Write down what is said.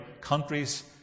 countries